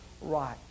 right